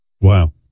Wow